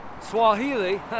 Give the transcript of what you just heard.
Swahili